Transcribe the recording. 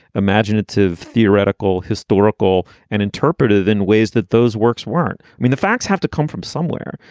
imaginative, theoretical, historical and interpretive in ways that those works weren't mean. the facts have to come from somewhere,